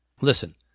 Listen